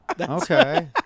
Okay